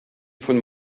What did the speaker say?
von